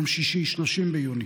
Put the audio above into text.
ביום שישי 30 ביוני